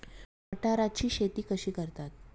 मटाराची शेती कशी करतात?